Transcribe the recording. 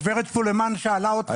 הגברת סלימאן שאלה אותך ולא ענית לה.